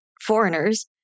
foreigners